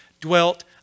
dwelt